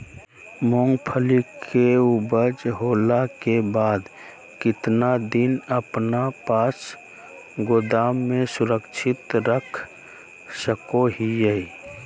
मूंगफली के ऊपज होला के बाद कितना दिन अपना पास गोदाम में सुरक्षित रख सको हीयय?